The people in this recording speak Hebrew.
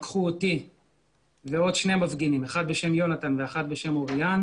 לקחו אותי ועוד שני מפגינים אחד בשם יונתן ואחת בשם אוריאן